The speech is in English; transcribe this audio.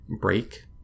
break